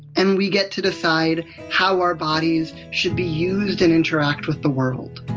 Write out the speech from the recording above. and we get to decide how our bodies should be used and interact with the world.